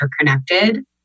interconnected